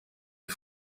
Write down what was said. les